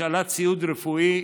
השאלת ציוד רפואי,